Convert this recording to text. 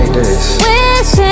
Wishing